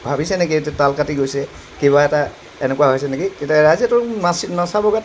ভাবিছে নেকি যে তাল কাটি গৈছে কিবা এটা এনেকুৱা হৈছে নেকি তেতিয়া ৰাইজেতো নাচি নাচা বগাত